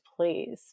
please